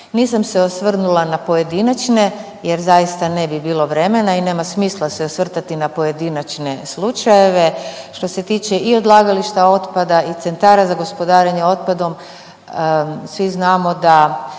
Nisam se osvrnula na pojedinačne jer zaista ne bi bilo vremena i nema smisla se osvrtati na pojedinačne slučajeve. Što se tiče i odlagališta otpada i centara za gospodarenje otpadom svi znamo da